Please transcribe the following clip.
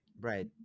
right